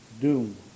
Doom